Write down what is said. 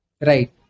Right